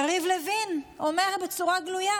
יריב לוין אומר בצורה גלויה: